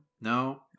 No